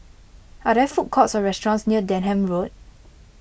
are there food courts or restaurants near Denham Road